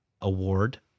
Award